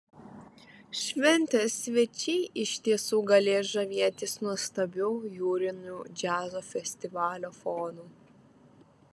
šventės svečiai iš tiesų galės žavėtis nuostabiu jūriniu džiazo festivalio fonu